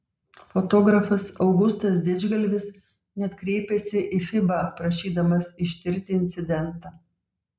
fotografas augustas didžgalvis net kreipėsi į fiba prašydamas ištirti incidentą